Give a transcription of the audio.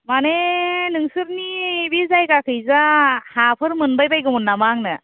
माने नोंसोरनि बे जायगाखैजा हाफोर मोनबाय बायगौमोन नामा आंनो